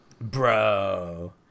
Bro